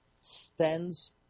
stands